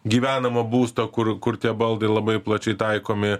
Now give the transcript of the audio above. gyvenamo būsto kur kur tie baldai labai plačiai taikomi